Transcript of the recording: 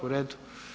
U redu.